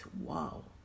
Wow